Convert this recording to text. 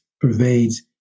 pervades